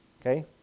Okay